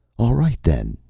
all right, then.